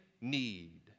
need